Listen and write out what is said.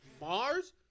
Mars